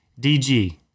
DG